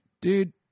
Dude